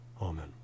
Amen